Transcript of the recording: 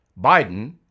Biden